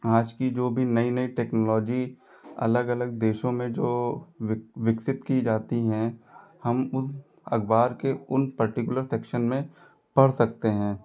आज की जो भी नई नई टेक्नोलॉजी अलग अलग देशों में जो विक विकसित की जाती हैं हम उस अखबार के उन पर्टीकुलर सेक्शन में पढ़ सकते हैं